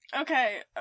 Okay